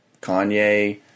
Kanye